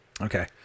okay